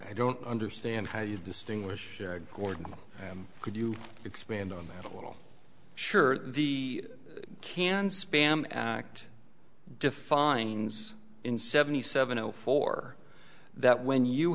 i don't understand how you distinguish gordon and could you expand on that a little sure the can spam act defines in seventy seven zero four that when you